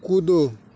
कूदो